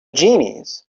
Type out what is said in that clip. genies